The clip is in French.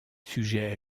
sujet